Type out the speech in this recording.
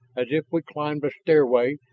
as if we climbed a stairway,